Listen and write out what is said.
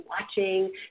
watching